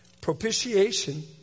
propitiation